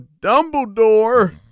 dumbledore